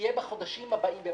תהיה מוכנה בחודשים הבאים,